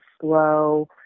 slow